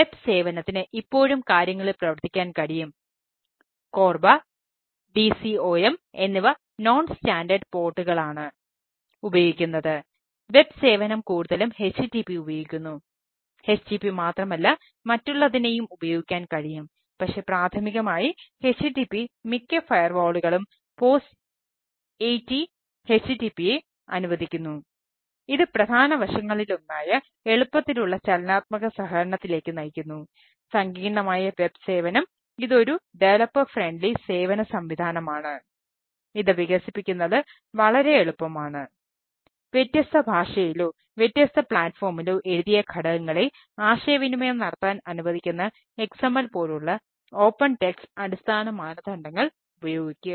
web അടിസ്ഥാന മാനദണ്ഡങ്ങൾ ഉപയോഗിക്കുക